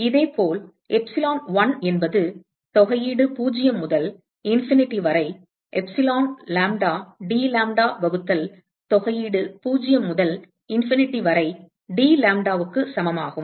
இதேபோல் எப்சிலோன் 1 என்பது தொகையீடு 0 முதல் இன்ஃபினிட்டி வரை எப்சிலான் லாம்ப்டா டிலாம்ப்டா வகுத்தல் தொகையீடு 0 முதல் இன்ஃபினிட்டி வரை டிலாம்ப்டாவுக்கு சமம் ஆகும்